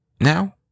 now